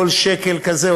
כל שקל כזה,